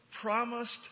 promised